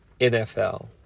NFL